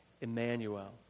Emmanuel